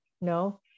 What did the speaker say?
no